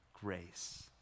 grace